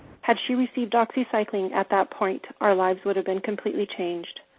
had she received doxycycline at that point, our lives would have been completely changed.